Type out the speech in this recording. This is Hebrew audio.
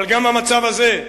אבל גם במצב הזה,